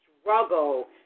struggle